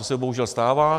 To se bohužel stává.